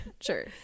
sure